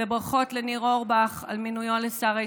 וברכות לניר אורבך על מינויו לשר ההתיישבות.